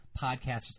podcasters